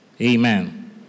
amen